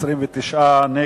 התש"ע 2009,